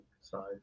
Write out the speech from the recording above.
size